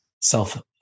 self